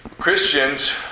Christians